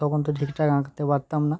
তখন তো ঠিকঠাক আঁকতে পারতাম না